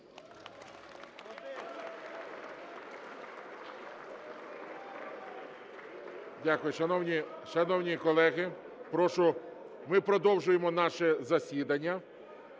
Дякую. Шановні колеги, прошу, ми продовжуємо наше засідання.